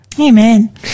Amen